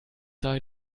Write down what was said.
sei